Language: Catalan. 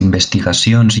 investigacions